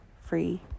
free